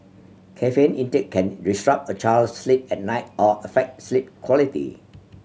caffeine intake can disrupt a child's sleep at night or affect sleep quality